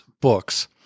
books